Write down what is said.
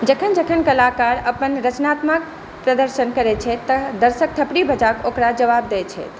जखन जखन कलाकार अपन रचनात्मक प्रदर्शन करैत छथि तऽ दर्शक थपड़ी बजाकऽ ओकरा जवाब दैत छथि